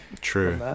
True